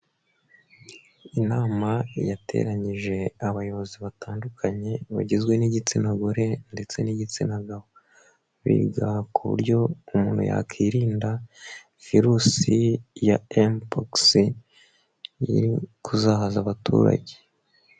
Inama yateranyije abayobozi batandukanye bagizwe n'igitsina gore ndetse n'igitsina gabo, biga ku buryo umuntu yakirinda virusi ya emupogisi iri kuzahaza abaturage.